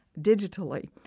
digitally